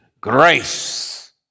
grace